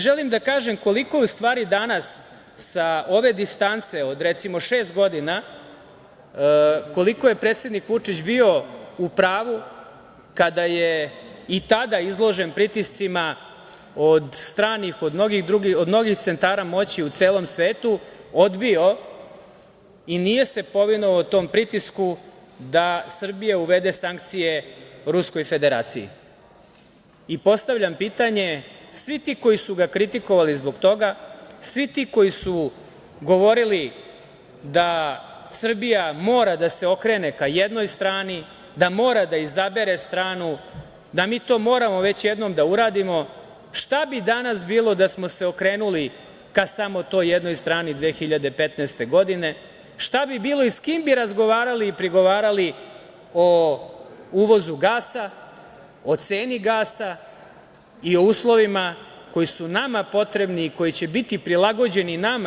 Želim da kažem koliko u stvari danas sa ove distance od recimo šest godina koliko je predsednik Vučić bio u pravu kada je i tada izložen pritiscima od stranih, od mnogih centara moći u celom svetu odbio i nije se povinovao tom pritisku da Srbija uvede sankcije Ruskoj Federaciji i postavljam pitanje – svi ti koji su ga kritikovali zbog toga, svi ti koji su govorili da Srbija mora da se okrene ka jednoj strani, da mora da izabere stranu, da mi to moramo već jednom da uradimo, šta bi danas bilo da smo se okrenuli ka samo toj jednoj strani 2015. godine, šta bi bilo i sa kim bi razgovarali i pregovarali o uvozu gasa, o ceni gasa i o uslovima koji su nama potrebni i koji će biti prilagođeni nama?